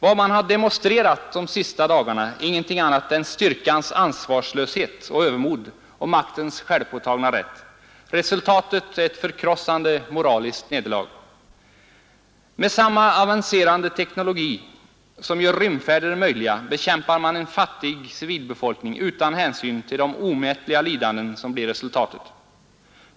Vad man har demonstrerat de senaste dagarna är inget annat än styrkans ansvarslöshet och övermod och maktens självpåtagna rätt. Resultatet är ett förkrossande moraliskt nederlag. Med samma avancerade teknologi som gör rymdfärder möjliga bekämpar man en fattig civilbefolkning utan hänsyn till de omätliga lidanden som blir resultatet.